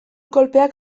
kolpeak